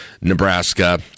Nebraska